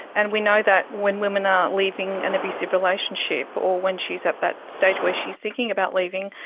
and we know that when women are leaving an abusive relationship or when she is at that stage where she is thinking about leaving,